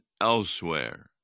elsewhere